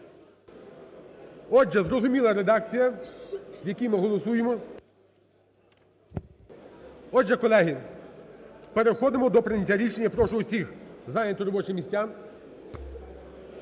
Отже, зрозуміла редакція, в якій ми голосуємо. Отже, колеги, переходимо до прийняття рішення і прошу всіх зайняти робочі місця,